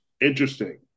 Interesting